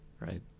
Right